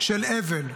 של אבל,